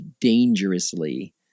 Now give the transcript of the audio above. dangerously